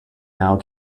now